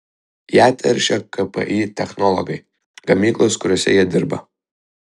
ją teršia kpi technologai gamyklos kuriose jie dirba